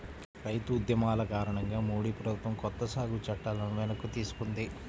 రైతు ఉద్యమాల కారణంగా మోడీ ప్రభుత్వం కొత్త సాగు చట్టాలను వెనక్కి తీసుకుంది